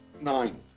Nine